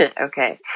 Okay